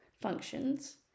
functions